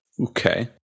okay